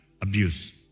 abuse